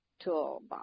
toolbox